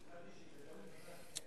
סידרתי שידבר לפני.